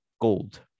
gold